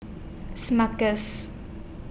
Smuckers